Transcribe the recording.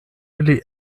ili